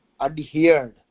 adhered